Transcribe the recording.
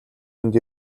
энд